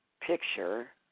picture